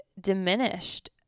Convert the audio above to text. diminished